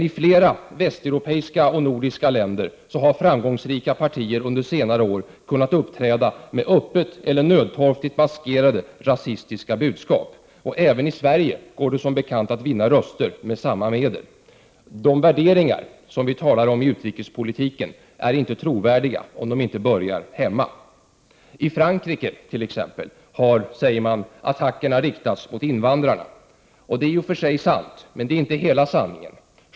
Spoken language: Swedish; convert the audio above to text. I flera västeuropeiska och nordiska länder har framgångsrika partier under senare år kunnat uppträda med öppet eller nödtorftigt maskerade rasistiska budskap. Även i Sverige går det som bekant att vinna röster med samma medel. De värderingar som vi talar om i utrikespolitiken har inte trovärdighet om de inte gäller hemma. I Frankrike har attacker riktats mot invandrarna. Det är i och för sig sant, men det är inte hela sanningen.